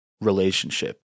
relationship